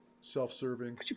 self-serving